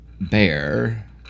bear